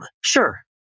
Sure